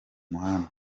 muhanda